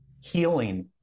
healing